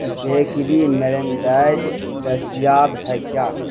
bakery میرنڈائج دستیاب ہے کیا